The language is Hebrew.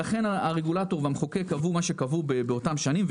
לכן הרגולטור והמחוקק קבעו מה שקבעו באותן שנים,